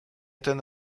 ten